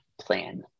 plan